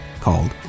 called